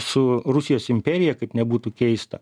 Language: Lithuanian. su rusijos imperija kaip nebūtų keista